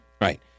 Right